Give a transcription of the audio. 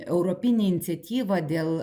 europinę iniciatyvą dėl